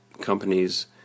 companies